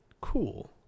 cool